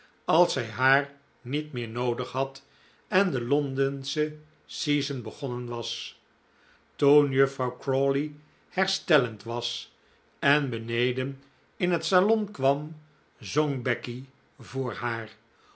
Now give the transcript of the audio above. als zij haar niet meer noodig had en de londensche season begonnen was toen juffrouw crawley herstellend was en beneden in het salon kwam zong becky voor haar